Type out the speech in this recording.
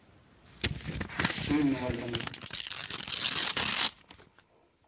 mobile ᱫᱚᱠᱟᱱ ᱠᱟᱱᱟ